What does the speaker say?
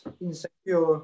insecure